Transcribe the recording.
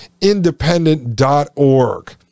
independent.org